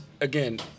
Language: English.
again